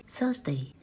Thursday